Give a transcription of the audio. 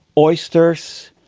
oysters,